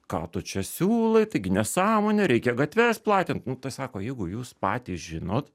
ką tu čia siūlai taigi nesąmonė reikia gatves platint nu tai sako jeigu jūs patys žinot